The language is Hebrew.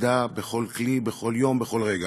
נגדה בכל כלי, בכל יום, בכל רגע.